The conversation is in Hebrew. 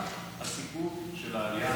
דודי: גם הסיפור של העלייה